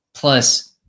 Plus